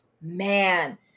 man